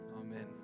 Amen